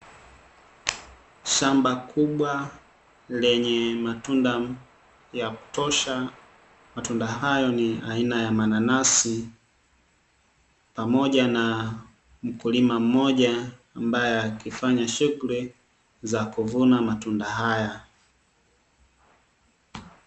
Shamba kubwa lenye matunda ya kutosha, matunda hayo ni aina ya mananasi pamoja na mkulima mmoja ambaye akifanya shughuli za kuvuna matunda haya.